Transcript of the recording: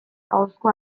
ahozko